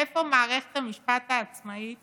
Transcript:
איפה מערכת המשפט העצמאית